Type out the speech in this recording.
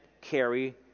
carry